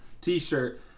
t-shirt